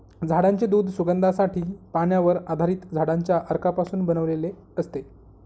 झाडांचे दूध सुगंधासाठी, पाण्यावर आधारित झाडांच्या अर्कापासून बनवलेले असते